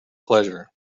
pleasure